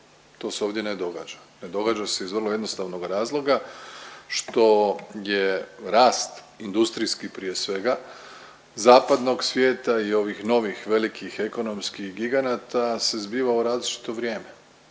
To se ovdje ne događa. Ne događa iz vrlo jednostavnoga razloga što je rast industrijski, prije svega, zapadnog svijeta i ovih novih velikih ekonomskih giganata se zbivao u različito vrijeme.